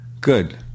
good